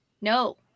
no